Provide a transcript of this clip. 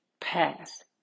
past